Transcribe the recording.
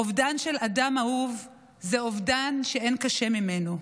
אובדן של אדם אהוב זה אובדן שאין קשה ממנו.